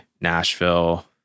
nashville